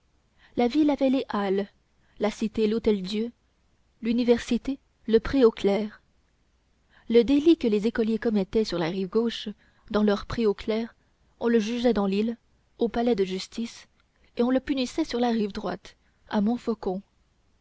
la ville avait les halles la cité l'hôtel-dieu l'université le pré aux clercs le délit que les écoliers commettaient sur la rive gauche dans leur pré aux clercs on le jugeait dans l'île au palais de justice et on le punissait sur la rive droite à montfaucon